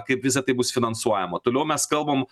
kaip visa tai bus finansuojama toliau mes kalbam